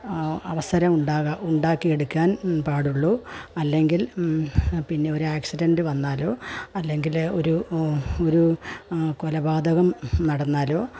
അവസരം ഉണ്ടാക ഉണ്ടാക്കിയെടുക്കാൻ പാടുള്ളൂ അല്ലെങ്കിൽ പിന്നെ ഒരേക്സിഡെൻറ് വന്നാലോ അല്ലെങ്കില് ഒരു ഒരു കൊലപാതകം നടന്നാലോ